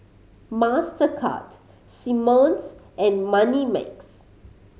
Mastercard Simmons and Moneymax